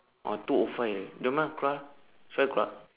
!wah! two O five already jom ah keluar ah should I keluar